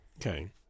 Okay